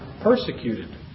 persecuted